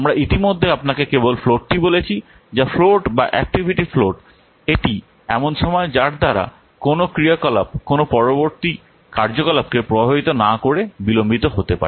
আমরা ইতিমধ্যে আপনাকে কেবল ফ্লোটটি বলেছি যা ফ্লোট বা অ্যাক্টিভিটি ফ্লোট এটি এমন সময় যার দ্বারা কোনও ক্রিয়াকলাপ কোনও পরবর্তী কার্যকলাপকে প্রভাবিত না করে বিলম্বিত হতে পারে